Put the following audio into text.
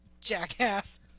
Jackass